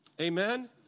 Amen